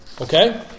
Okay